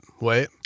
wait